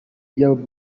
by’aba